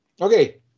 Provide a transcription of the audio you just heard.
okay